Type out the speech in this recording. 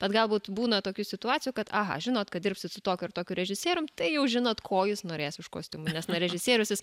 bet galbūt būna tokių situacijų kad aha žinot kad dirbsit su tokiu ir tokiu režisierium tai jau žinot ko jis norės iš kostiuminės na režisierius jis